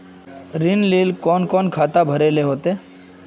ऋण लेल कोन कोन खाता भरेले होते?